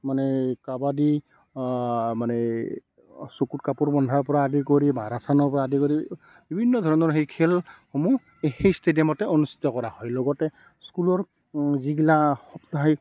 মানে কাবাডী মানে চকুত কাপোৰ বন্ধাৰ পৰা আদি কৰি মাৰাথনৰ পৰা আদি কৰি বিভিন্ন ধৰণৰ সেই খেলসমূহ সেই ষ্টেডিয়ামতে অনুস্থিত কৰা হয় লগত স্কুলৰ যিগিলা সপ্তাহিক